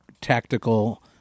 tactical